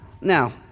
Now